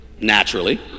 naturally